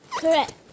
Correct